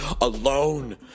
alone